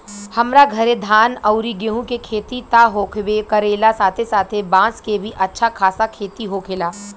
हमरा घरे धान अउरी गेंहू के खेती त होखबे करेला साथे साथे बांस के भी अच्छा खासा खेती होखेला